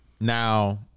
Now